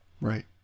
Right